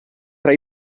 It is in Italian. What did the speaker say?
tra